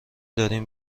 داریم